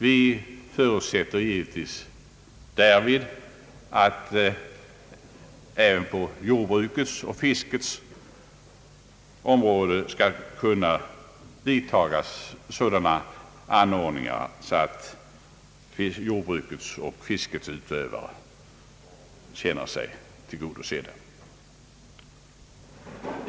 Vi förutsätter givetvis därvid att det även på jordbrukets och fiskets områden skall kunna vidtagas sådana anordningar att utövarna av dessa näringar känner sig tillgodosedda.